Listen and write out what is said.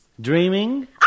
Dreaming